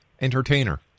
entertainer